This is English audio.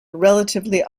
relatively